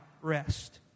rest